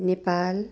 Nepal